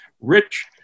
Rich